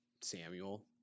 Samuel